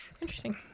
Interesting